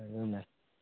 ꯑꯗꯨꯅ